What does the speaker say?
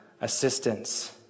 assistance